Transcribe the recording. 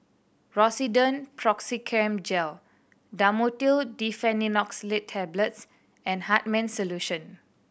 Rosiden Piroxicam Gel Dhamotil Diphenoxylate Tablets and Hartman's Solution